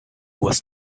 was